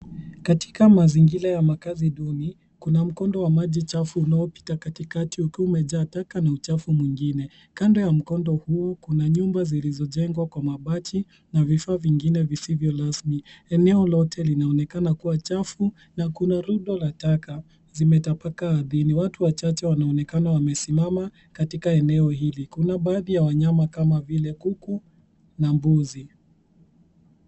Katika mazingira ya makazi duni, kuna mkondo wa maji chafu unaopita katikati, ukiwa umejaa taka na uchafu mwingine. Kando ya mkondo huo, kuna nyumba zilizojengwa kwa mabati na vifaa vingine visivyo rasmi. Eneo lote linaonekana kuwa chafu na kuna rundo la taka zimetapakaa ardhini. Watu wachache wanaonekana wamesimama katika eneo hili. Kuna baadhi ya wanyama kama vile kuku na mbuzi.